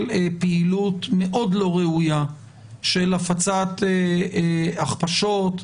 פעילות מאוד לא ראויה של הפצת הכפשות,